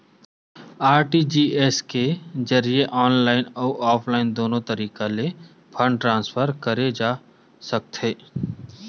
RTGS के जरिए online अउ ऑफलाइन दुनो तरीका ले फंड ट्रांसफर करे जा सकथे